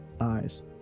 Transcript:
eyes